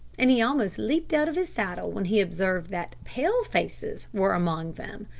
and he almost leaped out of his saddle when he observed that pale-faces were among them.